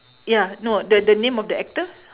yeah no the the name of the actor